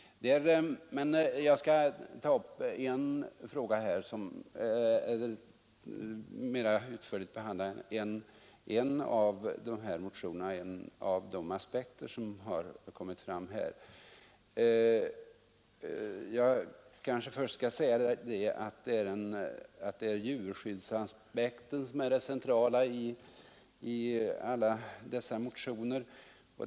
Jag skall mera utförligt behandla en av dessa motioner och en av de aspekter som framkommit här. Jag kanske först skall säga att djurskyddsaspekten är det centrala i alla dessa motioner.